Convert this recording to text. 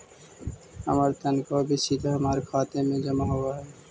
हमार तनख्वा भी सीधा हमारे खाते में जमा होवअ हई